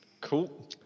Cool